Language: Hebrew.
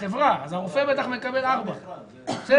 הרופא בטח מקבל ארבעה שקלים.